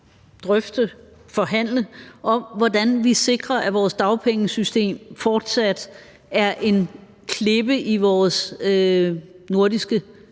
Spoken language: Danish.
drøfte, forhandle, hvordan vi sikrer, at vores dagpengesystem fortsat er en klippe i vores nordiske